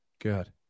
good